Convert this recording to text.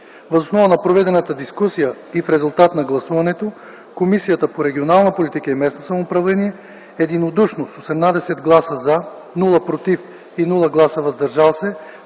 Въз основа на проведената дискусия и в резултат на гласуването Комисията по регионална политика и местно самоуправление единодушно – с 18 гласа „за”, без „против” и „въздържал се”,